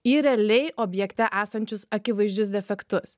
į realiai objekte esančius akivaizdžius defektus